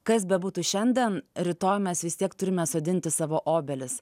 kas bebūtų šiandien rytoj mes vis tiek turime sodinti savo obelis